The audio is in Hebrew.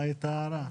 מה הייתה ההערה?